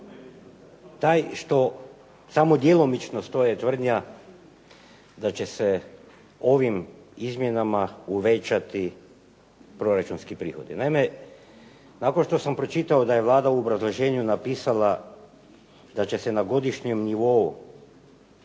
taj što samo djelomično stoji tvrdnja da će se ovim izmjenama uvećati proračunski prihodi. Naime, nakon što sam pročitao da je Vlada u obrazloženju napisala da će se na godišnjem nivou